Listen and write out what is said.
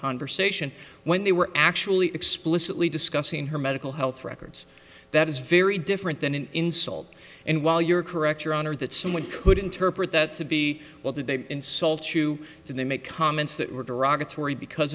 conversation when they were actually explicitly discussing her medical health records that is very different than an insult and while you're correct your honor that someone could interpret that to be well did they insult you and then make comments that were derogatory because